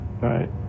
Right